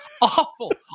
awful